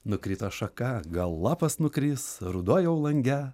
nukrito šaka gal lapas nukris ruduo jau lange